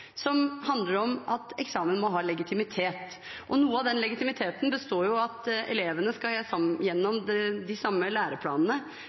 om at eksamen må ha legitimitet. Noe av den legitimiteten består i at elevene skal igjennom de samme læreplanene